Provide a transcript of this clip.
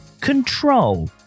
control